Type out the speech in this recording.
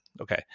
okay